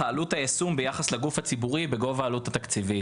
"עלות יישום השינוי ביחס לגוף הציבורי בגובה העלות התקציבית".